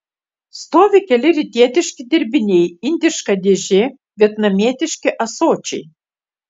stovi keli rytietiški dirbiniai indiška dėžė vietnamietiški ąsočiai